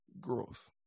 growth